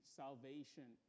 salvation